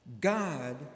god